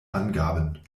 angaben